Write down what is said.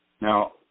Now